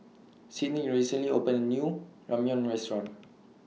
Sidney recently opened A New Ramyeon Restaurant